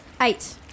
eight